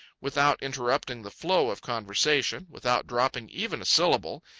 without interrupting the flow of conversation, without dropping even a syllable,